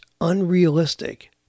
unrealistic